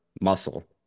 muscle